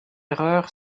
erreur